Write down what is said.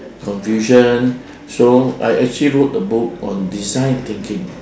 confusion so I actually wrote a book on design thinking